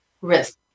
risk